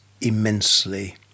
immensely